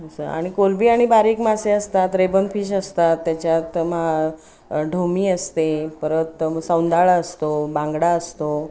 असं आणि कोलंबी आणि बारीक मासे असतात रेबन फिश असतात त्याच्यात मा ढोमी असते परत सौंदाळा असतो बांगडा असतो